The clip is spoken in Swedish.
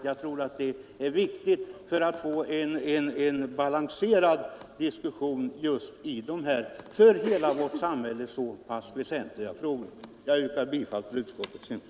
Jag tror det är viktigt för att få en balanserad diskussion just i dessa för hela vårt samhälle så väsentliga frågor. Herr talman! Jag yrkar bifall till utskottets hemställan.